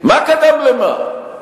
מה קדם למה?